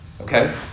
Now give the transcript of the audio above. Okay